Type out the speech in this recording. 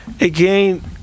again